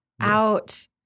out